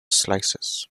slices